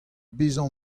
bezañ